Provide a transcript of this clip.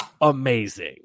amazing